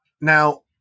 Now